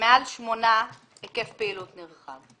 מעל שמונה מיליון שקלים, היקף פעילות נרחב.